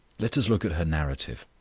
let us look at her narrative